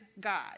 God